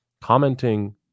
Commenting